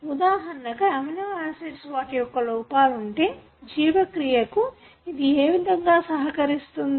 ఉదాహరణ కు అమినోయాసిడ్స్ వాటి యొక్క లోపాలు ఉంటే జీవక్రియకు ఇది ఏ విధంగా సహకరిస్తుంది